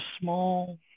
small